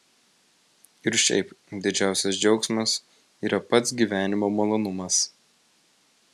ir šiaip didžiausias džiaugsmas yra pats gyvenimo malonumas